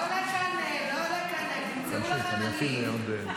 לא לקנא, תמצאו לכם מנהיג.